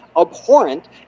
abhorrent